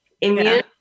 immune